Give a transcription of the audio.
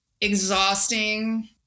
exhausting